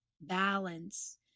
balance